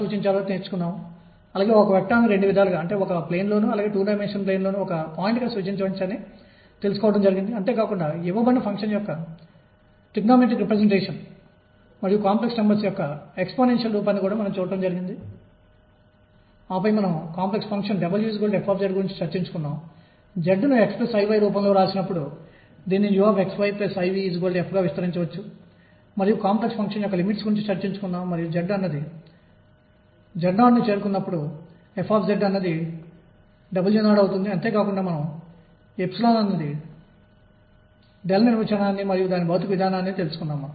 ఇప్పుడు తరువాతి రెండు ఉపన్యాసాలలో నేను దానిని 2 D కి మరియు 3 D కి సాధారణీకరణ చేస్తాను మరియు కూలుంబ్ పొటెన్షియల్ వంటి కేంద్రీయ పొటెన్షియల్ కోసం నేను దీనిని పరిగణించినప్పుడు 3 D చాలా ముఖ్యమైనది ఎందుకంటే ఇది పరమాణు స్థాయిలకు సమాధానం ఇస్తుంది మరియు ఇది క్వాంటం సంఖ్యలు అని పిలువబడే ఒక ఆలోచనను పరిచయం చేస్తుంది